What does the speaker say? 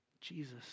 Jesus